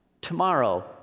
tomorrow